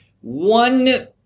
one